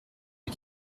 des